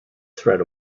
threat